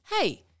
hey